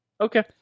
Okay